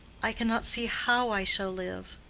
i cannot see how i shall live.